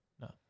no